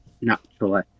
naturally